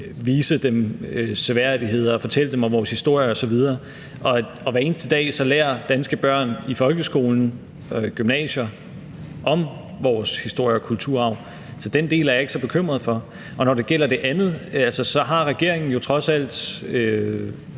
vise dem seværdigheder og fortælle dem om vores historie osv. Hver eneste dag lærer danske børn i folkeskolen og gymnasiet om vores historie og kulturarv, så den del er jeg ikke så bekymret for. Når det gælder det andet, har regeringen trods alt